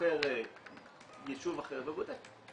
בוחר יישוב אחר ובודק,